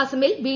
അസമിൽ ബി